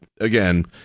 again